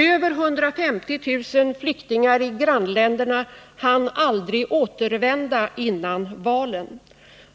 Över 150 000 flyktingar i grannländerna hann aldrig återvända före valen.